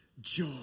joy